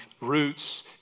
roots